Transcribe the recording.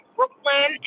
Brooklyn